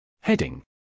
Heading